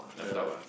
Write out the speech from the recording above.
laptop ah